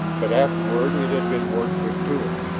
but afterward it had been worked with tools,